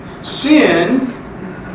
Sin